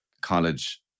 college